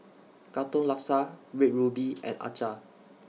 Katong Laksa Red Ruby and Acar